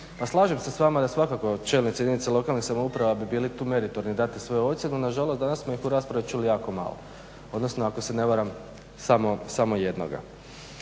Pa slažem se sa vama da svakako čelnici jedinica lokalnih samouprava bi bili tu meritorni dati svoju ocjenu. Na žalost danas smo ih u raspravi čuli jako malo, odnosno ako se ne varam samo jednoga.